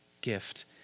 gift